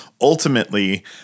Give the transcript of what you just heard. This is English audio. ultimately